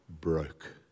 broke